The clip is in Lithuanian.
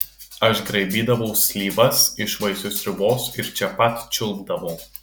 aš graibydavau slyvas iš vaisių sriubos ir čia pat čiulpdavau